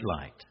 light